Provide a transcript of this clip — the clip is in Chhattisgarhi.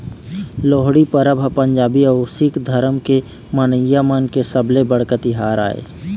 लोहड़ी परब ह पंजाबी अउ सिक्ख धरम के मनइया मन के सबले बड़का तिहार आय